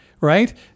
right